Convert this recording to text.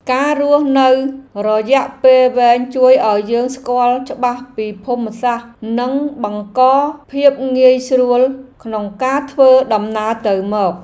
ការរស់នៅរយៈពេលវែងជួយឱ្យយើងស្គាល់ច្បាស់ពីភូមិសាស្ត្រនិងបង្កភាពងាយស្រួលក្នុងការធ្វើដំណើរទៅមក។